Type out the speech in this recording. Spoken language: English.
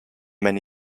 many